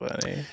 funny